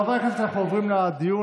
חברי הכנסת, אנחנו עוברים לדיון.